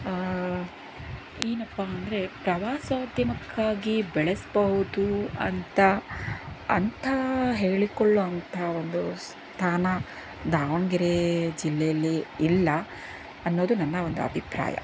ಏನಪ್ಪಾ ಅಂದರೆ ಪ್ರವಾಸೋದ್ಯಮಕ್ಕಾಗಿ ಬೆಳೆಸಬಹುದು ಅಂತ ಅಂಥ ಹೇಳಿಕೊಳ್ಳೋ ಅಂಥ ಒಂದು ಸ್ಥಾನ ದಾವಣಗೆರೆ ಜಿಲ್ಲೆಯಲ್ಲಿ ಇಲ್ಲ ಅನ್ನೋದು ನನ್ನ ಒಂದು ಅಭಿಪ್ರಾಯ